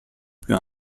più